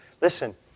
Listen